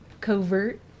covert